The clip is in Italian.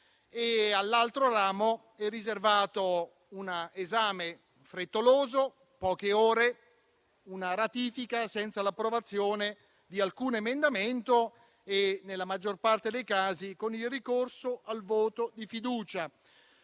all'altro ramo è riservato una esame frettoloso (poche ore) e una ratifica senza l'approvazione di alcun emendamento, nella maggior parte dei casi con il ricorso al voto di fiducia.